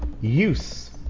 use